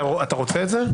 אתה רוצה את זה?